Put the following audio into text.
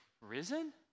risen